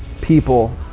people